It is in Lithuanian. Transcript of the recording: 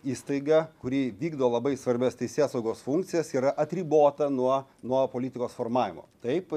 įstaiga kuri vykdo labai svarbias teisėsaugos funkcijas yra atribota nuo nuo politikos formavimo taip